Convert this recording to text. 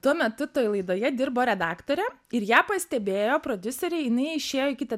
tuo metu toj laidoje dirbo redaktore ir ją pastebėjo prodiuseriai jinai išėjo į kitą